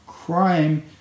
Crime